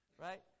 right